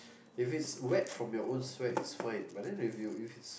if it's wet from your own sweat it's fine but then if you if it's